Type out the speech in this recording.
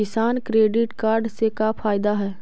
किसान credit card से का फायदा है?